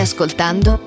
Ascoltando